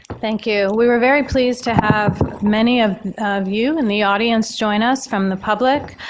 thank you. we were very pleased to have many of of you in the audience joined us from the public.